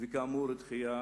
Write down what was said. כאמור, דחייה